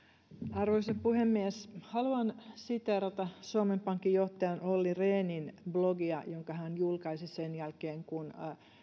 arvoisa puhemies haluan siteerata suomen pankin johtajan olli rehnin blogia jonka hän julkaisi sen jälkeen kun